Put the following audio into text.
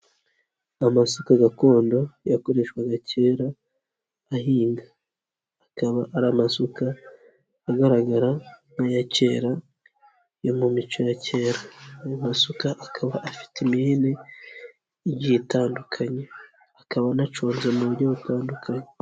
Ni amasuka gakondo yakoreshwaga kera ahinga, akaba ari amasuka agaragara nk'aya kera yo mu mico ya kera, ayo masuka akaba afite imihini igiye itandukanye, akaba anaconze mu buryo butandukanye.